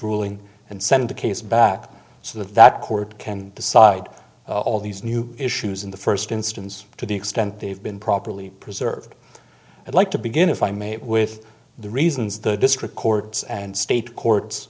ruling and send the case back so that court can decide all these new issues in the first instance to the extent they've been properly preserved and like to begin if i may with the reasons the district courts and state courts